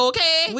Okay